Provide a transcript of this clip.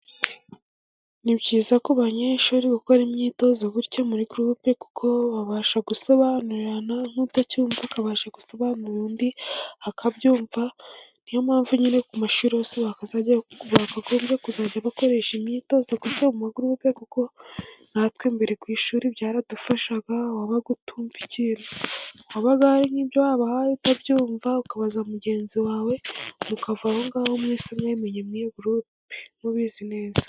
Ni byiza ko banyeshuri gukora imyitozo gutya muri groupe, kuko babasha gusobanurirana nk'utacyumva akabasha gusobanura undi akabyumva. Niyo mpamvu nyine ku mashuri yose bakagombye kuzajya bakoresha imyitozo gutya mu ma groupe, kuko natwe mbere ku ishuri byaradufashaga. Wabaga utumva ikintu, haba hari nibyo bahaye utabyumva, ukabaza mugenzi wawe, ukava aho ngaho mwese mwese mwabimenye muri iyo groupe. mubizi neza.